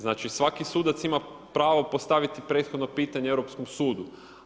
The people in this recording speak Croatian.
Znači, svaki sudac ima pravo postaviti prethodno pitanje Europskom sudu.